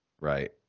Right